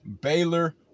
Baylor